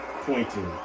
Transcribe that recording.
pointing